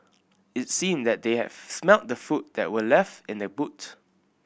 it seemed that they have smelt the food that were left in the boot